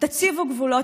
תציבו גבולות,